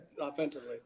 offensively